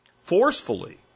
forcefully